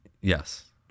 Yes